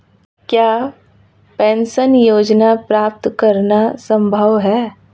क्या पेंशन योजना प्राप्त करना संभव है?